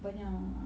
banyak